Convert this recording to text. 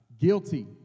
guilty